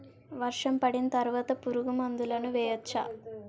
వర్షం పడిన తర్వాత పురుగు మందులను వేయచ్చా?